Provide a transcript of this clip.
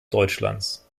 deutschlands